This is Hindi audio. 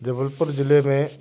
जबलपुर जिले में